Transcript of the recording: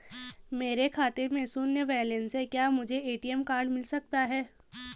मेरे खाते में शून्य बैलेंस है क्या मुझे ए.टी.एम कार्ड मिल सकता है?